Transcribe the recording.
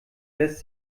lässt